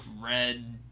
red